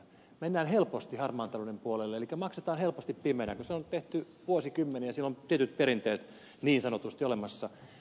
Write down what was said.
mennään helposti harmaan talouden puolelle elikkä maksetaan helposti pimeänä kun niin on tehty vuosikymmeniä sillä on tietyt perinteet niin sanotusti olemassa